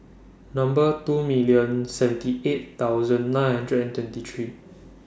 Number two million seventy eight thousand nine hundred and twenty three